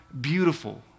beautiful